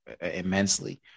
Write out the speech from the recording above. immensely